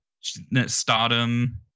stardom